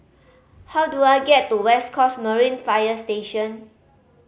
how do I get to West Coast Marine Fire Station